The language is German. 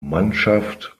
mannschaft